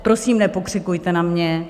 Prosím, nepokřikujte na mě.